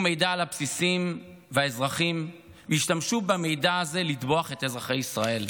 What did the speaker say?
הבסיסים והאזרחים והשתמשו במידע הזה לטבוח את אזרחי ישראל.